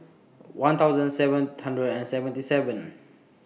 one thousand seven hundred and seventy seven